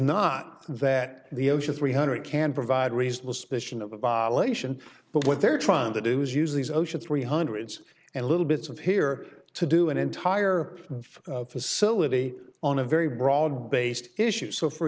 not that the ocean three hundred can provide reasonable suspicion of a violation but what they're trying to do is use these ocean three hundreds and little bits of here to do an entire facility on a very broad based issue so for